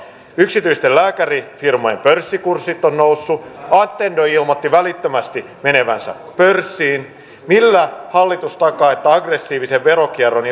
yksityisten lääkärifirmojen pörssikurssit ovat nousseet attendo ilmoitti välittömästi menevänsä pörssiin millä hallitus takaa että aggressiivisen veronkierron